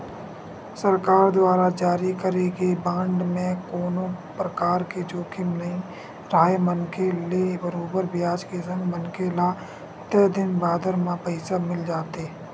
सरकार दुवार जारी करे गे बांड म कोनो परकार के जोखिम नइ राहय मनखे ल बरोबर बियाज के संग मनखे ल तय दिन बादर म पइसा मिल जाथे